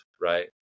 right